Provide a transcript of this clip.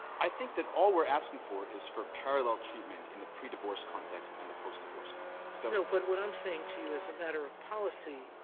i think that all we're asking for is for parallel treatment in the pre-divorce context and the post-divorce context. sotomayor so no. but what i'm saying to you, as a matter of policy,